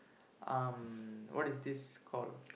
um what is this called